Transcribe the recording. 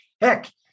Heck